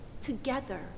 together